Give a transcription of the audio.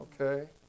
Okay